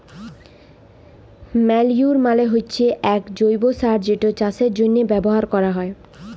ম্যালইউর মালে হচ্যে এক জৈব্য সার যেটা চাষের জন্হে ব্যবহার ক্যরা হ্যয়